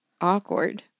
awkward